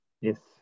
Yes